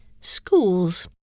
Schools